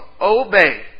obey